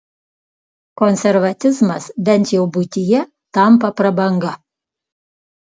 konservatizmas bent jau buityje tampa prabanga